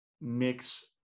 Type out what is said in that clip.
mix